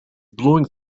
blowing